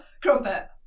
Crumpet